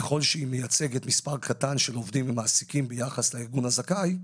ככל שהיא מייצגת מספר קטן של עובדים ומעסיקים ביחס לארגון הזכאי,